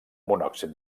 monòxid